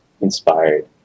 inspired